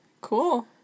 Cool